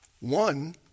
one